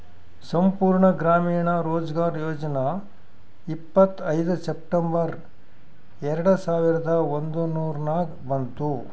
ಸಂಪೂರ್ಣ ಗ್ರಾಮೀಣ ರೋಜ್ಗಾರ್ ಯೋಜನಾ ಇಪ್ಪತ್ಐಯ್ದ ಸೆಪ್ಟೆಂಬರ್ ಎರೆಡ ಸಾವಿರದ ಒಂದುರ್ನಾಗ ಬಂತು